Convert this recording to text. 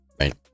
right